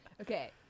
Okay